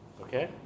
okay